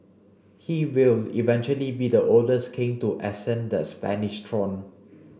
he will eventually be the oldest king to ascend the Spanish throne